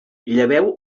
lleveu